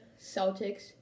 Celtics